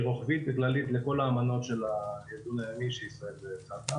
היא רוחבית כללית לכל האמנות של הארגון הימי שישראל שם.